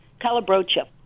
Calabrocha